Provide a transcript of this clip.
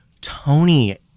Tony